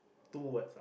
two words